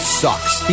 sucks